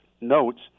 notes